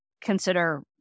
consider